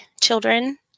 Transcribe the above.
children